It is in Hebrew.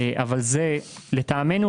אבל לטעמנו,